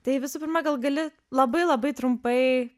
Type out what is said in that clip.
tai visų pirma gal gali labai labai trumpai